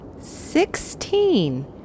Sixteen